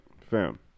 fam